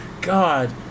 God